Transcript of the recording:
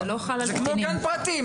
זה כמו גן פרטי.